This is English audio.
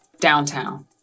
downtown